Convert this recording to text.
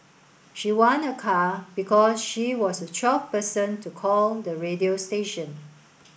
she won a car because she was the twelfth person to call the radio station